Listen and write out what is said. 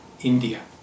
India